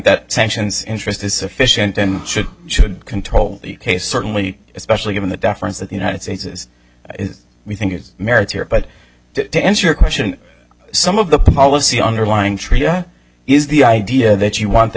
that sanctions interest is sufficient and should should control case certainly especially given the deference that the united states is we think its merits here but to answer your question some of the policy underlying treaty is the idea that you want the